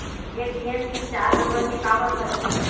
ATM PIN चार number के काबर करथे?